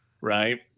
right